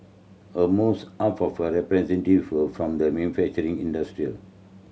almost half of a representative were from the manufacturing industry